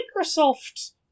Microsoft